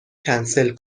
کنسل